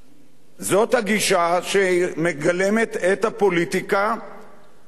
זאת הגישה שמגלמת את הפוליטיקה וזה מה שאני